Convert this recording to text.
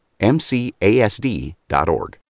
MCASD.org